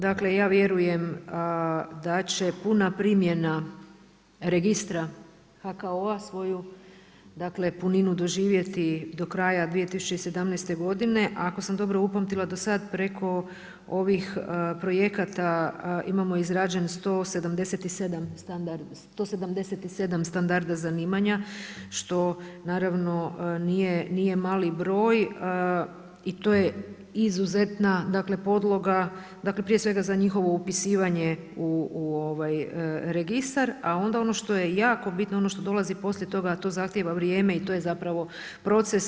Dakle, ja vjerujem, da će puna primjena registra HKO-a svoju dakle, puninu doživjeti do kraja 2017. godine, a ako sam dobro upamtila, do sada preko ovih projekata imamo izrađen 177 standarda zanimanja, što naravno nije mali broj, i to je izuzetna podloga, dakle, prije svega za njihovo upisivanje u registar, a onda ono što je jako bitno, ono što dolazi poslije toga, to zahtjeva vrijeme i to je zapravo proces.